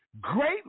great